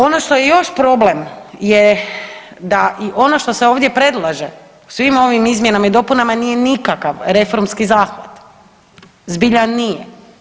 Ono što je još problem je da i ono što se ovdje predlaže u svim ovim izmjenama i dopunama nije nikakav reformski zahvat, zbilja nije.